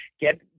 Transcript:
get